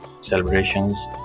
celebrations